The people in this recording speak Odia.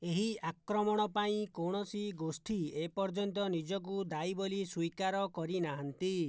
ଏହି ଆକ୍ରମଣ ପାଇଁ କୌଣସି ଗୋଷ୍ଠୀ ଏପର୍ଯ୍ୟନ୍ତ ନିଜକୁ ଦାୟୀ ବୋଲି ସ୍ଵୀକାର କରିନାହାଁନ୍ତି